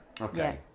Okay